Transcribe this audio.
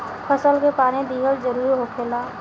फसल के पानी दिहल जरुरी होखेला